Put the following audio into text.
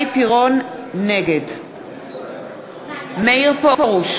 נגד מאיר פרוש,